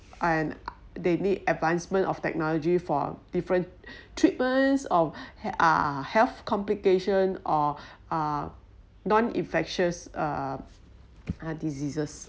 uh and they need advancement of technology for different treatments of he~ ah health complication or uh non infectious diseases